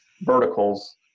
verticals